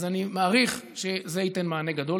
אז אני מעריך שזה ייתן מענה גדול.